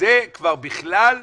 שזה כבר בכלל מטורף.